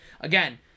again